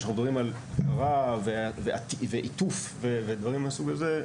שאנחנו מדברים על --- ועיטוף ודברים מהסוג הזה,